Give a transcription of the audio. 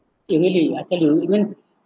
it really I tell you even